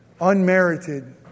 unmerited